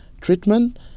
treatment